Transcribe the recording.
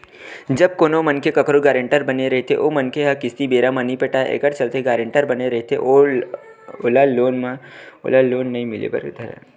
जब कोनो मनखे कखरो गारेंटर बने रहिथे ओ मनखे ह किस्ती बेरा म नइ पटावय एखर चलत गारेंटर बने रहिथे ओला लोन नइ मिले बर धरय